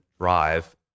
drive